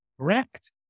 Correct